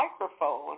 microphone